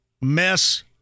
mess